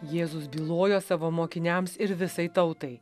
jėzus bylojo savo mokiniams ir visai tautai